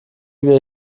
wir